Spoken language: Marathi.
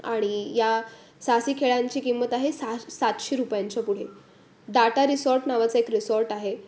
आणि या साहसी खेळांची किंमत आहे सहा सातशे रुपयांच्या पुढे डाटा रिसॉर्ट नावाचं एक रिसॉर्ट आहे